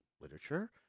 literature